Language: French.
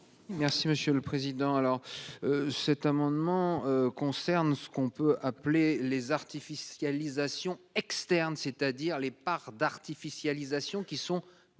Merci monsieur le président, alors. Cet amendement concerne ce qu'on peut appeler les artificialisation externe c'est-à-dire les parts d'artificialisation qui sont délocalisées